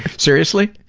seriously?